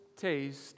taste